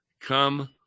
come